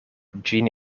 ĝin